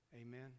Amen